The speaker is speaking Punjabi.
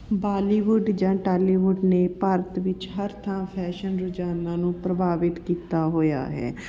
ਬਾਲੀਵੁੱਡ ਜਾਂ ਟਾਲੀਵੁੱਡ ਨੇ ਭਾਰਤ ਵਿੱਚ ਹਰ ਥਾਂ ਫੈਸ਼ਨ ਰੋਜਾਨਾ ਨੂੰ ਪ੍ਰਭਾਵਿਤ ਕੀਤਾ ਹੋਇਆ ਹੈ